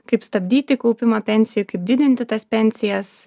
kaip stabdyti kaupimą pensijų kaip didinti tas pensijas